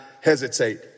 hesitate